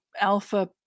alpha